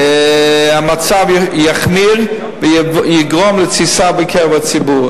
המצב יחמיר ויגרום לתסיסה בקרב הציבור.